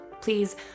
please